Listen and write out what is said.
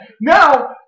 Now